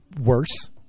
worse